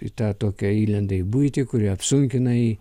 į tą tokią įlenda į buitį kuri apsunkina jį